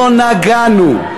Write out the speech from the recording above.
לא נגענו,